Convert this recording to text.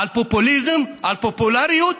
על פופוליזם, על פופולריות?